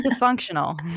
dysfunctional